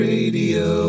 Radio